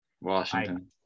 Washington